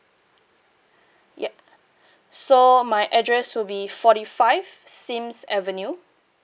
yup so my address will be forty five sims avenue